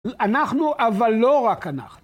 אנחנו, אבל לא רק אנחנו.